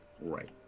Right